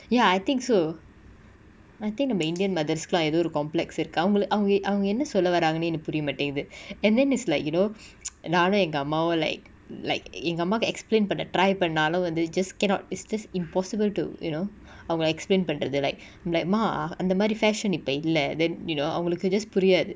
ya I think so I think நம்ம:namma indian mothers கு:ku lah எதோ ஒரு:etho oru complex இருக்கு அவங்கள அவங்க அவங்க என்ன சொல்ல வாராங்கனே எனக்கு புரிய மாட்டிங்குது:iruku avangala avanga avanga enna solla vaarangane enaku puriya maatinguthu and then is like you know நானு எங்க அம்மாவு:naanu enga ammavu like like எங்க அம்மாக்கு:enga ammaku explain பன்ன:panna try பண்ணாலு வந்து:pannalu vanthu just cannot is this impossible to you know அவங்கள:avangala explain பன்றது:panrathu like like அம்மா அந்தமாரி:amma anthamari fashion இப்ப இல்ல:ippa illa then you know அவங்களுக்கு:avangaluku just புரியாது:puriyathu